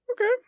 okay